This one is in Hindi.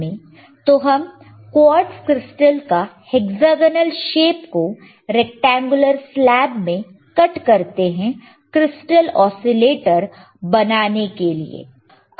तो हम क्वार्ट्ज क्रिस्टल का हेक्सागोनल शेप को रैक्टेंगुलर स्लैब में कट करते हैं क्रिस्टल ओसीलेटर बनाने के लिए